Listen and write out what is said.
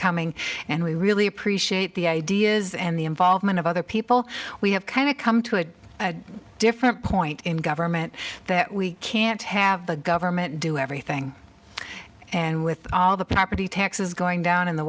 coming and we really appreciate the ideas and the involvement of other people we have kind of come to a different point in government that we can't have the government do everything and with all the property taxes going down in the